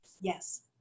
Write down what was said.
Yes